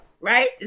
right